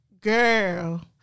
Girl